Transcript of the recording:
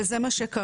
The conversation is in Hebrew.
וזה מה שקרה,